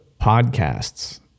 podcasts